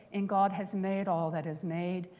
and god has made all that is made,